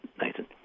Nathan